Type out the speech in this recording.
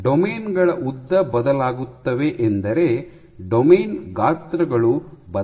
domain ಗಳ ಉದ್ದ ಬದಲಾಗುತ್ತವೆ ಎಂದರೆ ಡೊಮೇನ್ ಗಾತ್ರಗಳು ಬದಲಾಗುತ್ತವೆ ಎಂದರ್ಥ